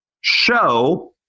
show